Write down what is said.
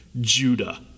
Judah